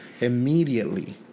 Immediately